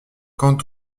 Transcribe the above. quant